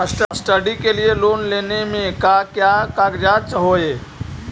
Study के लिये loan लेने मे का क्या कागजात चहोये?